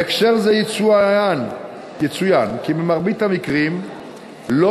בהקשר זה יצוין כי במרבית המקרים לא